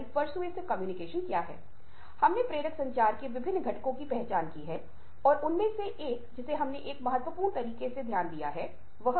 इसलिए यहां तक कि क्लिचclichés भी सूचना विचारों और विश्वासों की जानकारी की श्रेणी में आते हैं ये हमें जानकारी देने का प्रबंधन करते हैं